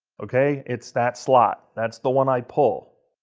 ok. it's that slot. that's the one i pull.